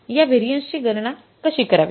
या व्हॅरियन्स गणना कशी करावी